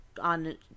on